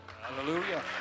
Hallelujah